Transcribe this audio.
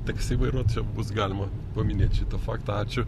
taksi vairuot čia bus galima paminėt šitą faktą ačiū